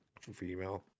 female